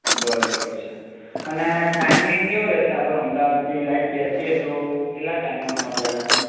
બરોબર છે અને ટાઇમિંગ કેવો રહેશે આપણો અમદાવાદથી લાઇક બેસીએ તો કેટલા ટાઇમમાં પહોંચાડે આપણને